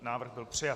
Návrh byl přijat.